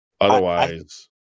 otherwise